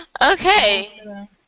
Okay